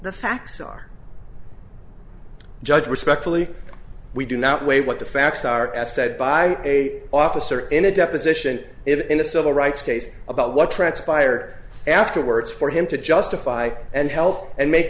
the facts are judge respectfully we do not weigh what the facts are said by a officer in a deposition in a civil rights case about what transpired afterwards for him to justify and help and make